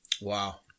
Wow